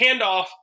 handoff